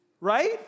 right